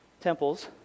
temples